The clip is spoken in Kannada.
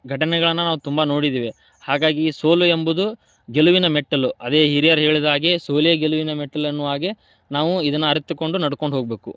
ಘಟನೆಗಳನ್ನು ನಾವು ತುಂಬ ನೋಡಿದ್ದೇವೆ ಹಾಗಾಗಿ ಸೋಲು ಎಂಬುದು ಗೆಲುವಿನ ಮೆಟ್ಟಲು ಅದೇ ಹಿರಿಯರು ಹೇಳಿದಾಗೆ ಸೋಲೇ ಗೆಲುವಿನ ಮೆಟ್ಟಲನ್ನುವಹಾಗೆ ನಾವು ಇದನ್ನು ಅರಿತುಕೊಂಡು ನಡ್ಕೊಂಡು ಹೋಗಬೇಕು